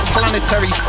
Planetary